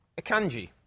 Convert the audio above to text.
Akanji